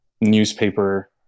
newspaper